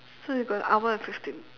so we got an hour and fifteen